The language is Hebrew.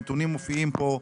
הנתונים מופיעים פה.